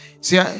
See